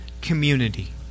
community